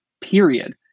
period